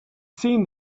seen